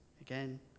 again